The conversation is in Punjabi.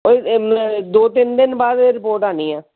ਦੋ ਤਿੰਨ ਦਿਨ ਬਾਅਦ ਰਿਪੋਰਟ ਆਉਣੀ ਹੈ